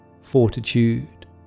fortitude